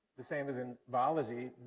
the same as in biology,